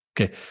Okay